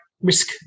risk